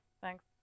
thanks